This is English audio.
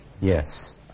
Yes